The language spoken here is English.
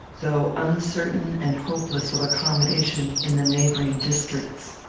though uncertain and hopeless of accommodation in the neighbouring districts.